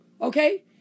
okay